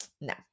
no